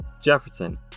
Jefferson